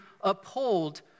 uphold